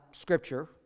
scripture